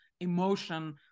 emotion